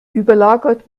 überlagert